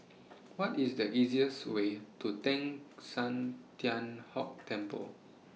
What IS The easiest Way to Teng San Tian Hock Temple